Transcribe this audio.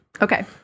Okay